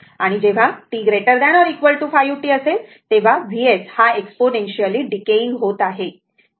आणि जेव्हा t 5 τ असेल तेव्हा Vs हा एक्सपोनेंशियली डिकेयिंग होत आहे